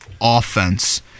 offense